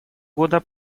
года